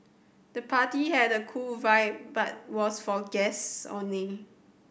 the party had a cool vibe but was for guests only